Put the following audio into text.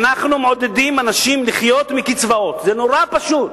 אנחנו מעודדים אנשים לחיות מקצבאות, זה נורא פשוט.